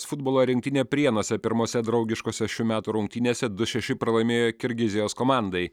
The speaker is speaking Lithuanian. futbolo rinktinė prienuose pirmose draugiškose šių metų rungtynėse du šeši pralaimėjo kirgizijos komandai